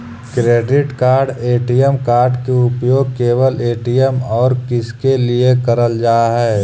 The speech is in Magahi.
क्रेडिट कार्ड ए.टी.एम कार्ड के उपयोग केवल ए.टी.एम और किसके के लिए करल जा है?